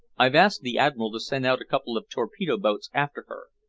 i've asked the admiral to send out a couple of torpedo-boats after her,